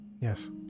yes